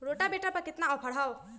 Rotavator पर केतना offer हव?